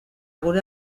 gure